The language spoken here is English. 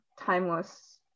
timeless